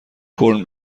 کورن